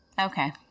Okay